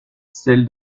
celle